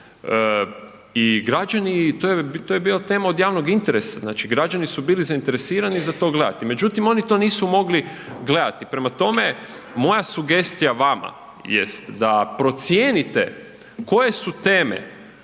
je bila, to je bila tema od javnog interesa, znači građani su bili zainteresirani za to gledati. No međutim, oni to nisu mogli gledati. Prema tome, moja sugestija vama jest da procijenite koje su teme